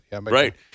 right